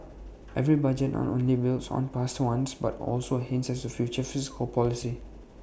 every budget not only builds on past ones but also hints at future fiscal policy